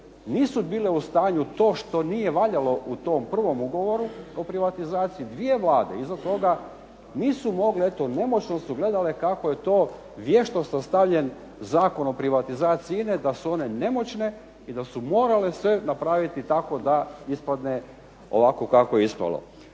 nisu bile u stanju to što nije valjalo u tom prvom Ugovoru o privatizaciji, 2 Vlade iza toga nisu mogle, eto nemoćno su gledale kako je to vješto sastavljen Zakon o privatizaciji INA-e da su one nemoćne i da su morale sve napraviti tako da ispadne ovako kako je ispalo.